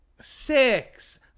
six